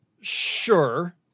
Sure